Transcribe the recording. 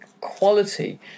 quality